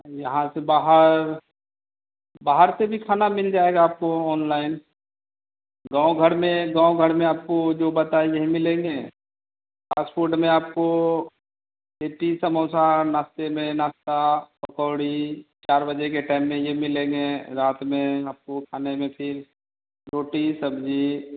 यहाँ से बाहर बाहर से भी खाना मिल जाएगा आपको ऑनलाइन गाँव घर में गाँव घर में आपको जो बताएँगे वह मिलेंगे फास्ट फ़ूड में आपको लिट्टी समोसा नाश्ते में नाश्ता पकौड़ी चार बजे के टाइम में यह मिलेंगे रात में आपको खाने में फिर रोटी सब्जी